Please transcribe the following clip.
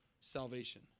salvation